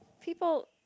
people